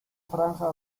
franja